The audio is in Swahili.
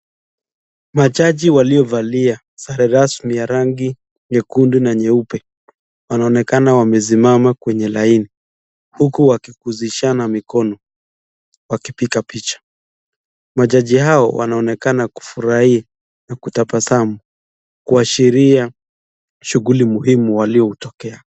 Majani walio valia sare rasmi ya rangi nyekundu na nyeupu wanaonekana wamesimama kwenye laini, huku wakingusishana mikono wakipiga picha. Majaji hao wanaonekana kufurahi na kutabasamu kuashiria shughuli muhimu walio tokea.